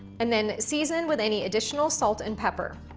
and then season with any additional salt and pepper.